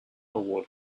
award